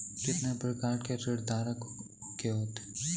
कितने प्रकार ऋणधारक के होते हैं?